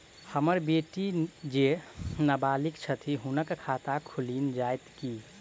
हम्मर बेटी जेँ नबालिग छथि हुनक खाता खुलि जाइत की?